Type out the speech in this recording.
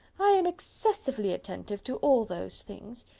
i am excessively attentive to all those things.